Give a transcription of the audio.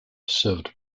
served